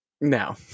No